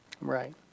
Right